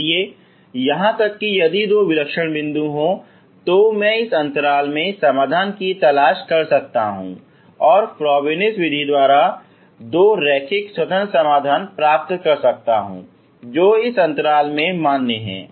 इसलिए यहां तक कि यदि ये दो विलक्षण बिंदु हैं तो मैं इस अंतराल में समाधान की तलाश कर सकता हूं और मैं फ्रोबेनियस विधि द्वारा दो रैखिक स्वतंत्र समाधान प्राप्त कर सकता हूं जो इस अंतराल में मान्य है